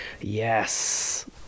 Yes